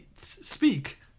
speak